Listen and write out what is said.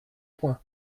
point